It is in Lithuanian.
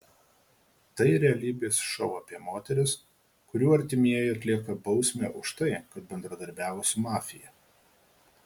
tai realybės šou apie moteris kurių artimieji atlieka bausmę už tai kad bendradarbiavo su mafija